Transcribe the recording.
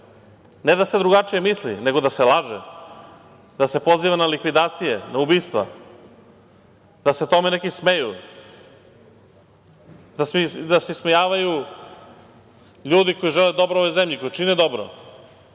ne da se drugačije misli, nego da se laže, da se poziva na likvidacije, na ubistva, da se tome neki smeju, da se ismejavaju ljudi koji žele dobro ovoj zemlji, koji čine dobro,